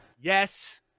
Yes